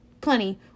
plenty